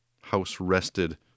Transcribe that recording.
house-rested